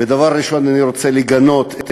ודבר ראשון אני רוצה לגנות את